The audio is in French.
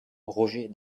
roger